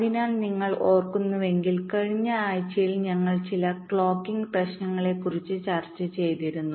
അതിനാൽ നിങ്ങൾ ഓർക്കുന്നുവെങ്കിൽ കഴിഞ്ഞ ആഴ്ചയിൽ ഞങ്ങൾ ചില ക്ലോക്കിംഗ് പ്രശ്നങ്ങളെക്കുറിച്ച് ചർച്ച ചെയ്തിരുന്നു